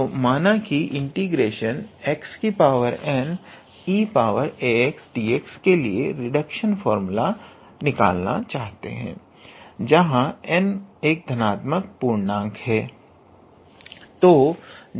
तो माना कि हम ∫ 𝑥𝑛𝑒𝑎𝑥𝑑𝑥 के लिए रिडक्शन फार्मूला निकालना चाहते हैं जहां n एक धनात्मक पूर्णक है